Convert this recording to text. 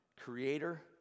Creator